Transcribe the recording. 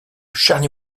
charly